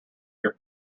your